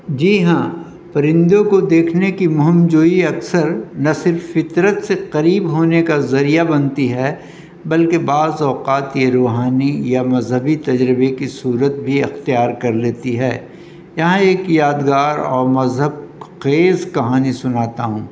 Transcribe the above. جی ہاں پرندوں کو دیکھنے کی مہمجوئی اکثر نہ صرف فطرت سے قریب ہونے کا ذریعہ بنتی ہے بلکہ بعض اوقاتی روحانی یا مذہبی تجربے کی صورت بھی اختیار کر لیتی ہے یہاں ایک یادگار اور مذہب خیز کہانی سناتا ہوں